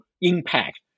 impact